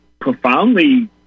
profoundly